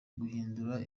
guhindura